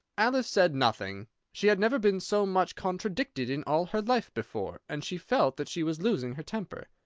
alice said nothing she had never been so much contradicted in all her life before, and she felt that she was losing her temper.